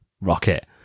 Rocket